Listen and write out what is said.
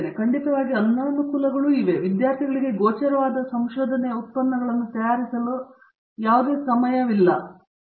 ಖಂಡಿತವಾಗಿಯೂ ಅನನುಕೂಲಗಳು ಇವೆ ವಿದ್ಯಾರ್ಥಿಗಳಿಗೆ ಗೋಚರವಾದ ಸಂಶೋಧನೆ ಉತ್ಪನ್ನಗಳನ್ನು ತಯಾರಿಸಲು ಯಾವುದೇ ಸಮಯವಿಲ್ಲ ಇದು ಕೇವಲ ಜಗಳ